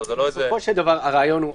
בסופו של דבר הרעיון הוא,